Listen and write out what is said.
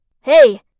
Hey